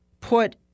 put